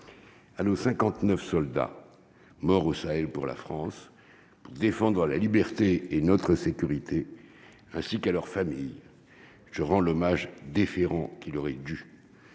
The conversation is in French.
à nos 59 soldats morts au Sahel pour la France défendra la liberté et notre sécurité ainsi qu'à leurs familles, je rends l'hommage déférent qu'il aurait dû